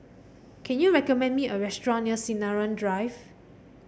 can you recommend me a restaurant near Sinaran Drive